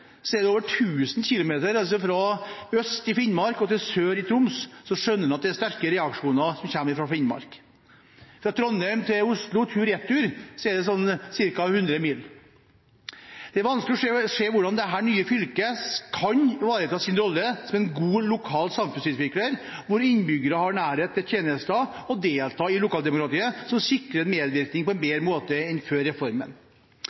så man skjønner at det er sterke reaksjoner som kommer fra Finnmark. Trondheim–Oslo tur-retur er ca. 100 mil. Det er vanskelig å se hvordan dette nye fylket kan ivareta sin rolle som en god lokal samfunnsutvikler, hvor innbyggerne har nærhet til tjenester og deltar i lokaldemokratiet, som sikrer medvirkning på en bedre måte enn før reformen.